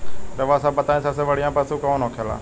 रउआ सभ बताई सबसे बढ़ियां पशु कवन होखेला?